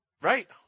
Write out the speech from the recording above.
Right